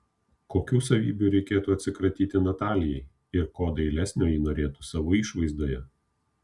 kokių savybių reikėtų atsikratyti natalijai ir ko dailesnio ji norėtų savo išvaizdoje